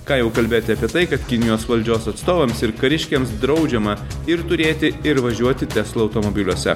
ką jau kalbėti apie tai kad kinijos valdžios atstovams ir kariškiams draudžiama ir turėti ir važiuoti tesla automobiliuose